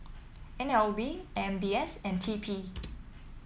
N L B M B S and T P